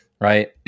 right